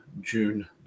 June